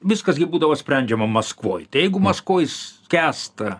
viskas gi būdavo sprendžiama maskvoj tai jeigu maskvoj skęsta